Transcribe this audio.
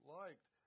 liked